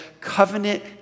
covenant